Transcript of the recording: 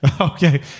Okay